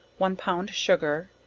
one pound sugar,